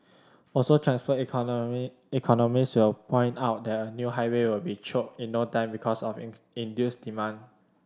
also transport economy economist will point out that a new highway will be choked in no time because of induced demand